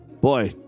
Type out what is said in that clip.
Boy